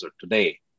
today